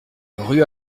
rue